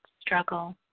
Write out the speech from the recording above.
struggle